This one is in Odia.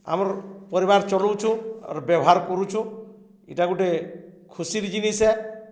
ଆମର୍ ପରିବାର୍ ଚଲଉଛୁ ଆର୍ ବ୍ୟବହାର୍ କରୁଛୁ ଇଟା ଗୁଟେ ଖୁସିର୍ ଜିନିଷ୍ ଏ